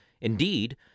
Indeed